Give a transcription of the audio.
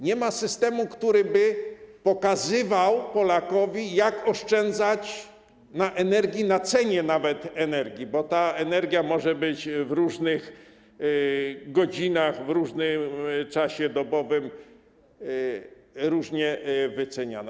Nie ma systemu, który by pokazywał Polakowi, jak oszczędzać na energii, nawet na cenie energii, bo ta energia może być w różnych godzinach, w różnym czasie dobowym różnie wyceniana.